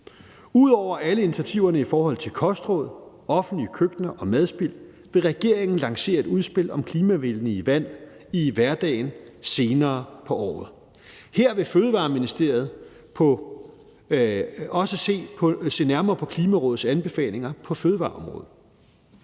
Ud over alle initiativerne i forhold til kostråd, offentlige køkkener og madspild vil regeringen lancere et udspil om klimavenlige valg i hverdagen senere på året. Her vil Ministeriet for Fødevarer, Landbrug og Fiskeri se nærmere på Klimarådets anbefalinger på fødevareområdet.